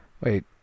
Wait